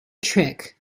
trick